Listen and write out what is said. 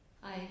Hi